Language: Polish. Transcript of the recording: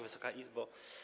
Wysoka Izbo!